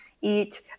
Eat